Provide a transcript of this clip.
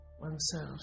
oneself